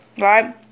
right